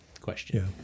question